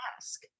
ask